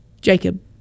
Jacob